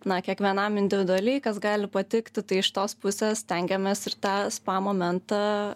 na kiekvienam individualiai kas gali patikti tai iš tos pusės stengiamės ir tą spa momentą